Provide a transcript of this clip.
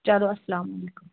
چلو اسلامُ علیکُم